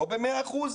ואם לא ב-100 אחוזים,